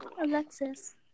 Alexis